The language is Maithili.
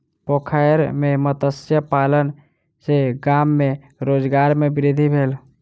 पोखैर में मत्स्य पालन सॅ गाम में रोजगार में वृद्धि भेल